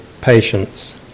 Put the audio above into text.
patients